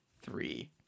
three